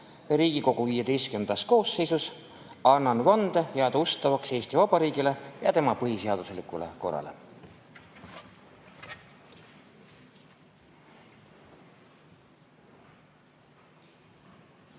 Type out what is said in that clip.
Riigikogu XV koosseisus, annan vande jääda ustavaks Eesti Vabariigile ja tema põhiseaduslikule korrale.